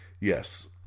Yes